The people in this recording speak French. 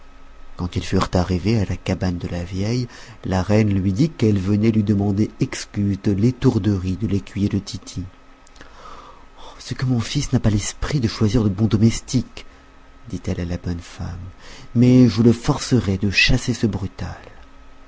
quand ils furent arrivés à la cabane de la vieille la reine lui dit qu'elle venait lui demander excuse de l'étourderie de l'écuyer de tity c'est que mon fils n'a pas l'esprit de choisir de bons domestiques dit-elle à la bonne femme mais je le forcerai de chasser ce brutal